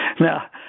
Now